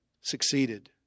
Succeeded